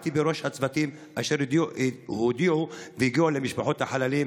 עמדתי בראש הצוותים שהודיעו והגיעו למשפחות החללים,